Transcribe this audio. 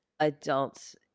adults